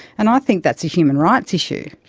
and i think that's a human rights issue.